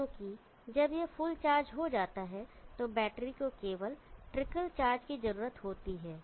क्योंकि जब यह फुल चार्ज हो जाता है तो बैटरी को केवल ट्रिकल चार्ज की जरूरत होती है